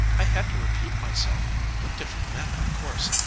i had to repeat myself with different men of course.